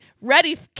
ready